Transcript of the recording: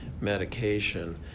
medication